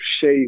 shape